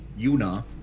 Yuna